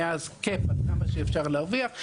היה אז קאפ עד כמה שאפשר להרוויח.